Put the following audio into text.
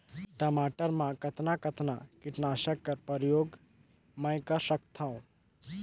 टमाटर म कतना कतना कीटनाशक कर प्रयोग मै कर सकथव?